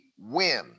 win